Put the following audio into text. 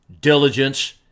diligence